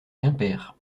quimper